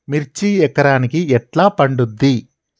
మిర్చి ఎకరానికి ఎట్లా పండుద్ధి?